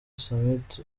summit